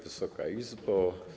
Wysoka Izbo!